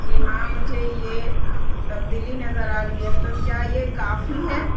کہ ہاں مجھے یہ تبدیلی نظر آ رہی ہے تو کیا یہ کافی ہے